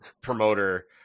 promoter